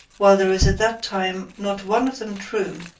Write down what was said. while there is at that time not one of them true,